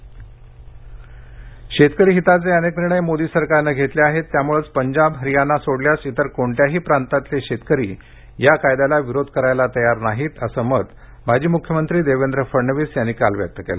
फडणवीस शेतकरी हिताचे अनेक निर्णय मोदी सरकारने घेतले आहेत त्यामुळेच पंजाब हरियाणा सोडल्यास इतर कोणत्याही प्रांतातले शेतकरी या कायद्याला विरोध करायला तयार नाहीत असं मत माजी मुख्यमंत्री देवेंद्र फडणवीस यांनी व्यक्त केल